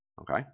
Okay